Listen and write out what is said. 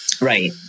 Right